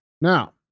Now